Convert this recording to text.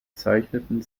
zeichneten